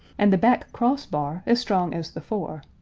and the back-crossbar as strong as the fore,